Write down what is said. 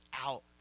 out